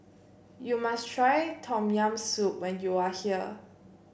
you must try Tom Yam Soup when you are here